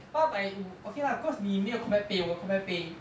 八百五 okay lah cause 你没有 combat pay 我有 combat pay